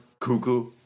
cuckoo